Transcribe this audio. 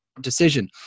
decision